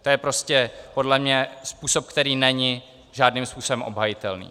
To je prostě podle mě způsob, který není žádným způsobem obhajitelný.